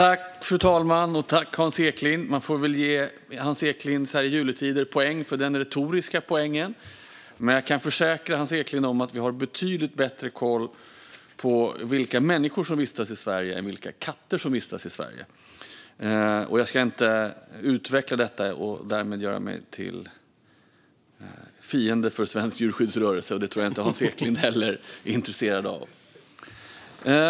Fru talman! Tack, Hans Eklind! Man får väl så här i juletider ge Hans Eklind en retorisk poäng. Men jag kan försäkra Hans Eklind om att vi har betydligt bättre koll på vilka människor som vistas i Sverige än vilka katter som vistas i Sverige. Jag ska inte utveckla detta och därmed göra mig till fiende för svensk djurskyddsrörelse, och det tror jag inte att Hans Eklind heller är intresserad av. Fru talman!